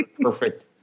perfect